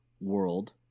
world